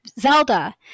Zelda